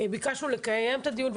ביקשנו לקיים את הדיון.